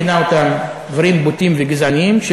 וכינה אותם דברים בוטים וגזעניים.